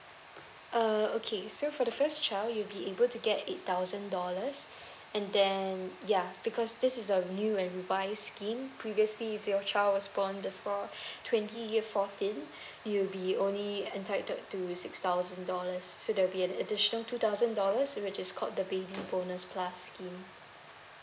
uh okay so for the first child you'll be able to get eight thousand dollars and then ya because this is a new and revised scheme previously if your child was born before twenty year fourteen it'll be only entitled to six thousand dollars so there will be an additional two thousand dollars which is called the baby bonus plus scheme